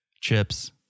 chips